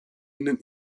ihnen